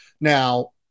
now